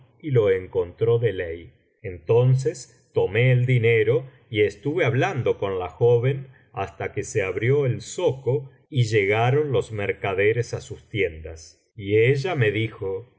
y lo encontró de ley entonces tomé el dinero y estuve hablando con la joven hasta que se abrió el zoco y llegaron los mercaderes á sus tiendas y eíla me dijo